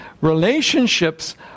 relationships